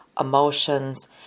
emotions